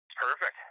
Perfect